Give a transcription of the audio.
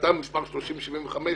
החלטה מס' 3075,